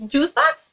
Juicebox